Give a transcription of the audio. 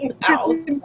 house